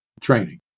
training